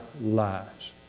lives